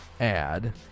add